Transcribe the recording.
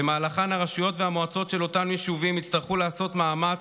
ובמהלכן הרשויות והמועצות של אותם יישובים יצטרכו לעשות מאמץ,